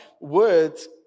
Words